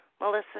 Melissa